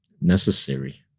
necessary